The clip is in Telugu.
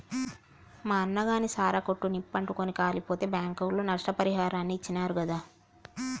మా అన్నగాని సారా కొట్టు నిప్పు అంటుకుని కాలిపోతే బాంకోళ్లు నష్టపరిహారాన్ని ఇచ్చినారు గాదా